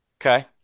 Okay